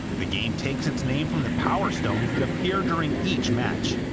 the game takes its name from the power stones that appear during each match.